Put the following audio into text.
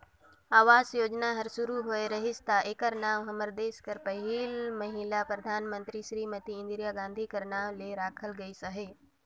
आवास योजना हर सुरू होए रहिस ता एकर नांव हमर देस कर पहिल महिला परधानमंतरी सिरीमती इंदिरा गांधी कर नांव ले राखल गइस अहे